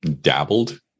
dabbled